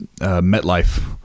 MetLife